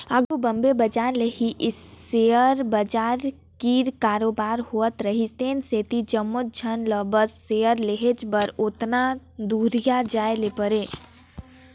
आघु बॉम्बे ले ही सेयर बजार कीर कारोबार होत रिहिस तेन सेती जम्मोच झन ल बस सेयर लेहेच बर ओतना दुरिहां जाए ले परे